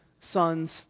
sons